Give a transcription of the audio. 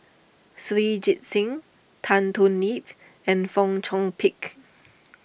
Shui Tit Sing Tan Thoon Lip and Fong Chong Pik